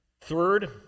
Third